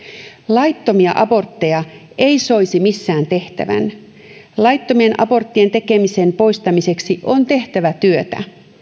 laittomia abortteja ei soisi missään tehtävän laittomien aborttien tekemisen poistamiseksi on tehtävä työtä